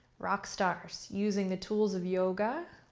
rockstars, using the tools of yoga